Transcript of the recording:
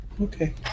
Okay